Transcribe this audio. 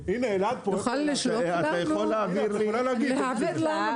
הרשימה הערבית המאוחדת): תעביר לנו,